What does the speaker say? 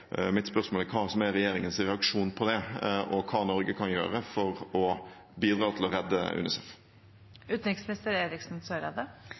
Mitt spørsmål er: Hva er regjeringens reaksjon på det, og hva kan Norge gjøre for å bidra til å redde